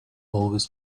always